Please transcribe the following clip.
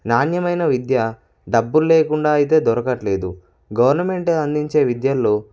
నాణ్యమైన విద్య డబ్బులు లేకుండా అయితే దొరకటం లేదు గవర్నమెంట్ అందించే విద్యల్లో